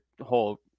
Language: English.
whole